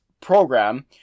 program